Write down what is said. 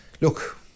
look